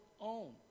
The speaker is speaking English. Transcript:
own